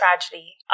tragedy